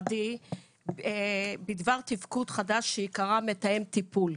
הבין-משרדי בדבר תפקוד חדש שייקרא מתאם טיפול.